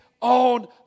on